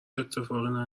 اتفاقی